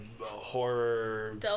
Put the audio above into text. horror